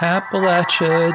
Appalachia